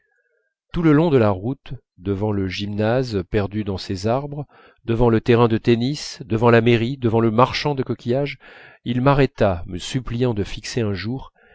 tout le long de la route devant le gymnase perdu dans ses arbres devant le terrain de tennis devant la maison devant le marchand de coquillages il m'arrêta me suppliant de fixer un jour